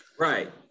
Right